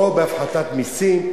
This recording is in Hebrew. או בהפחתת מסים.